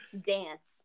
dance